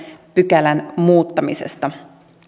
pykälän muuttamisesta